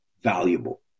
valuable